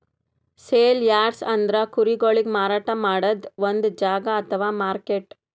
sale yards ಅಂದ್ರ ಕುರಿಗೊಳಿಗ್ ಮಾರಾಟ್ ಮಾಡದ್ದ್ ಒಂದ್ ಜಾಗಾ ಅಥವಾ ಮಾರ್ಕೆಟ್